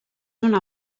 una